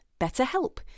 BetterHelp